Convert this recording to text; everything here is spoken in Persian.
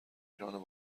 ایران